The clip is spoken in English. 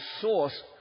source